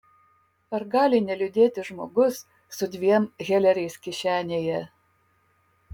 ar gali neliūdėti žmogus su dviem heleriais kišenėje